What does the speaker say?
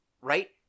right